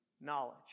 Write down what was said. Knowledge